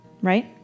right